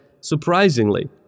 surprisingly